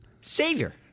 savior